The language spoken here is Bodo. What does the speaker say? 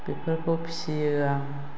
बेफोरखौ फिसियो आं